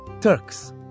Turks